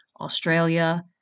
Australia